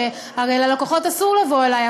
הרי ללקוחות אסור לבוא אלי,